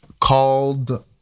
called